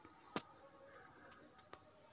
ऋण के संगै बहुत ब्याज ऋणदाता के दिअ पड़लैन